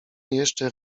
jeszcze